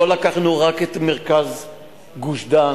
לא לקחנו רק את מרכז גוש-דן,